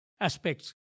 aspects